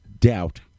doubt